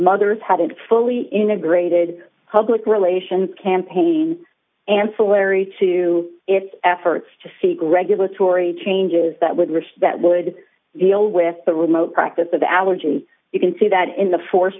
mothers had fully integrated public relations campaign ancillary to its efforts to seek regulatory changes that would risk that would deal with the remote practice of allergy you can see that in the four st